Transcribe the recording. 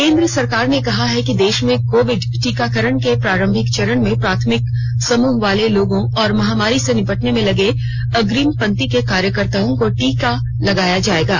केंद्र सरकार ने कहा है कि देश में कोविड टीकाकरण के प्रारंभिक चरण में प्राथमिकता समूह वाले लोगों और महामारी से निपटने में लगे अग्रिम पंक्ति के कार्यकर्ताओं को टीके लगाये जाएंगे